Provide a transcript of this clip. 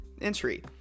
entry